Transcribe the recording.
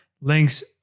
Links